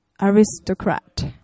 aristocrat